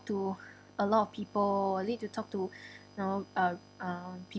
to a lot of people I need to talk to you know uh uh